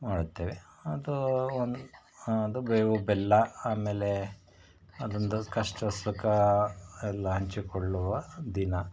ಮಾಡುತ್ತೇವೆ ಅದು ಒಂದು ಅದು ಬೇವು ಬೆಲ್ಲ ಆಮೇಲೆ ಅದೊಂದು ಕಷ್ಟ ಸುಖ ಎಲ್ಲ ಹಂಚಿಕೊಳ್ಳುವ ದಿನ